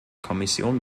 kommission